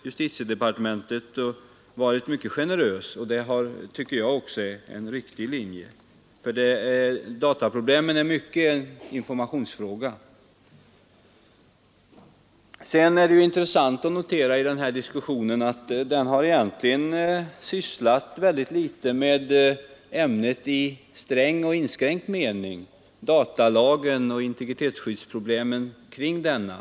Justitiedepartementet har varit mycket generöst därvidlag, och det tycker jag är en riktig linje. Dataproblemen är nämligen i stor utsträckning en informationsfråga. Sedan är det intressant att notera att diskussionen i dag egentligen har sysslat mycket litet med ämnet i sträng och inskränkt mening — datalagen och integritetsskyddsproblemen kring denna.